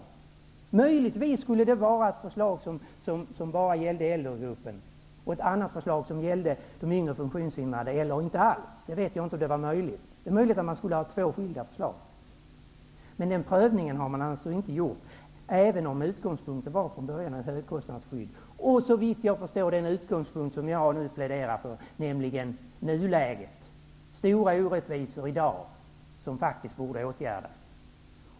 Det kunde möjligtvis vara ett förslag som bara gällde LO gruppen, och ett annat förslag som gällde de yngre funktionshindrade. Jag vet inte om detta är möjligt. Det är möjligt att man skall ha två skilda förslag. Men den prövningen har man alltså inte gjort, även om utgångspunkten från början var ett högkostnadsskydd. Såvitt jag förstår finns det i dag stora orättvisor som faktiskt borde åtgärdas.